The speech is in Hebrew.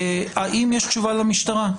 האם יש תשובה למשטרה?